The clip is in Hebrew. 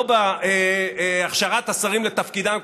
לא בהכשרת השרים לתפקידם,